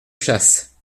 chasse